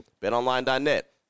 betonline.net